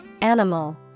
animal